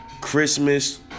Christmas